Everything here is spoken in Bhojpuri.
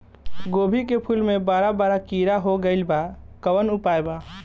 गोभी के फूल मे बड़ा बड़ा कीड़ा हो गइलबा कवन उपाय बा?